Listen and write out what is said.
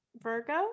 Virgo